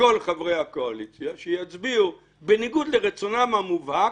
מכל חברי הקואליציה שיצביעו בניגוד לרצונם המובהק,